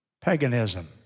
Paganism